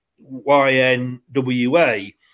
Y-N-W-A